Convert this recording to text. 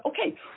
Okay